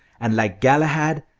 and like galahad,